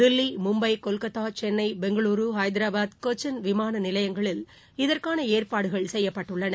தில்லி மும்பை கொல்கத்தா சென்ளை பெங்களூரு ஹைதராபாத் கொச்சின் விமான நிலையங்களில் இதற்கான ஏற்பாடுகள் செய்யப்பட்டுள்ளன